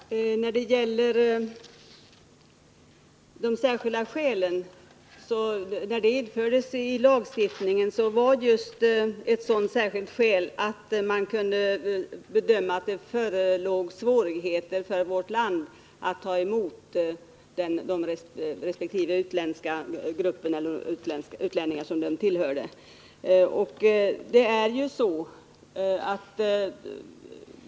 Herr talman! En anledning till att bestämmelserna om särskilda skäl infördes i lagstiftningen var just att det förelåg svårigheter för vårt land att ta emot den grupp utlänningar som assyrierna/syrianerna tillhör.